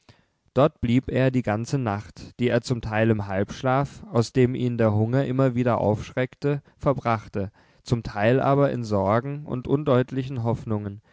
dort blieb er die ganze nacht die er zum teil im halbschlaf aus dem ihn der hunger immer wieder aufschreckte verbrachte zum teil aber in sorgen und undeutlichen hoffnungen